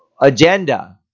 agenda